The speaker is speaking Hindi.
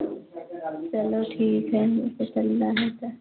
चलो ठीक है हमको चलना है तो